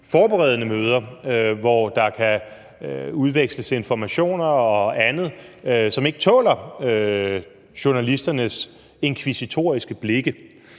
forberedende møder, hvor der kan udveksles informationer og andet, som ikke tåler journalisternes inkvisitoriske blikke.